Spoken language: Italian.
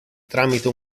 tramite